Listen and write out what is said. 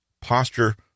posture